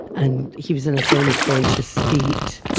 and he was in a semiconscious state.